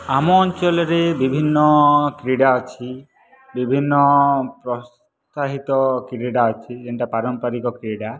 ଆମ ଅଞ୍ଚଲରେ ବିଭିନ୍ନ କ୍ରୀଡ଼ା ଅଛି ବିଭିନ୍ନ ପ୍ରତ୍ସାହିତ କ୍ରୀଡ଼ା ଅଛି ଯେନ୍ଟା ପାରମ୍ପାରିକ କ୍ରୀଡ଼ା